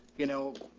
you know,